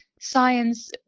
science